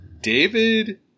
David